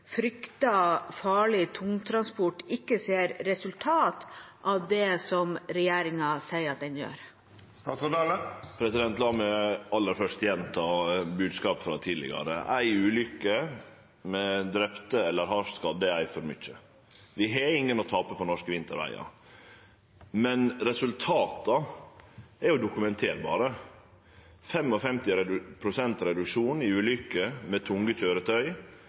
farlig tungtransport, ikke ser resultater av det regjeringa sier at den gjør?» La meg aller først gjenta bodskapen frå tidlegare: Éi ulykke med drepne eller hardt skadde er ei for mykje. Vi har ingen å tape på norske vintervegar. Men resultata kan dokumenterast: 55 pst. reduksjon i ulykker med tunge